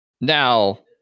Now